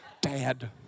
Dad